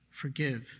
Forgive